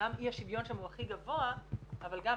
אמנם אי השוויון שם הוא הכי גבוה אבל גם,